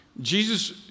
Jesus